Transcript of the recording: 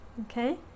Okay